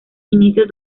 inicios